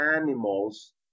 animals